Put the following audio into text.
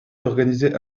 d’organiser